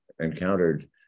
encountered